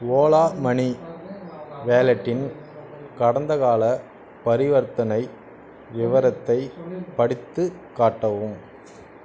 Ola money வாலெட்டின் கடந்தகால பரிவர்த்தனை விவரத்தை படித்துக் காட்டவும்